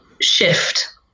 shift